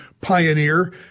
pioneer